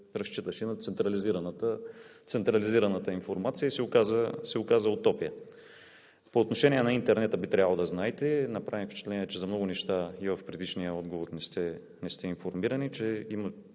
разчиташе на централизираната информация и се оказа утопия. По отношение на интернета би трябвало да знаете – направи ми впечатление, че за много неща и от предишния отговор не сте информирани,